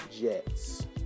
Jets